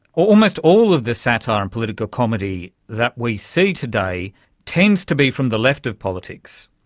almost all of the satire and political comedy that we see today tends to be from the left of politics.